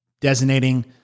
designating